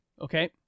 Okay